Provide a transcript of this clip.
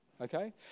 okay